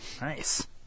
nice